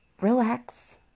relax